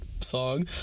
song